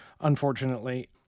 unfortunately